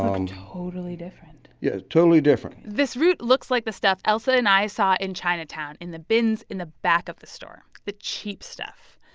um and totally different yeah, totally different this root looks like the stuff ailsa and i saw in chinatown in the bins in the back of the store the cheap stuff.